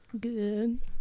Good